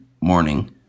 morning